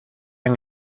han